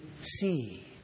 see